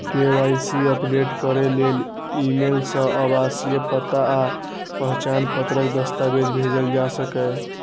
KYC update करै लेल email सं आवासीय पता आ पहचान पत्रक दस्तावेज भेजल जा सकैए